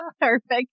Perfect